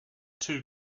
two